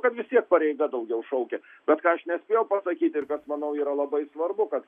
kad vis tiek pareiga daugiau šaukia bet ką aš nespėjau pasakyti ir bet manau yra labai svarbu kad